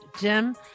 Jim